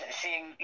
seeing